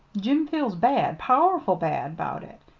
jim feels bad powerful bad about it,